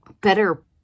better